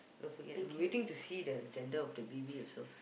don't forget we waiting to see the gender of the baby also